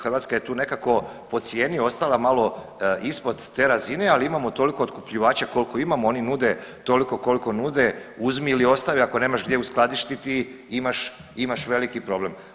Hrvatska je tu nekako po cijeni ostala malo ispod te razine, ali imamo toliko otkupljivača koliko imamo, oni nude toliko koliko nude, uzmi ili ostavi, ako nemaš gdje uskladištiti, imaš veliki problem.